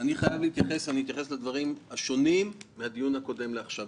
אני אתייחס לדברים השונים מהדיון הקודם לעכשיו.